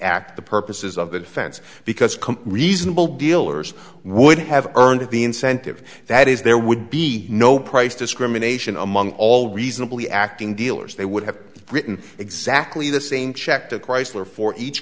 act the purposes of the defense because reasonable dealers would have earned the incentive that is there would be no price discrimination among all reasonably acting dealers they would have written exactly the same check to chrysler for each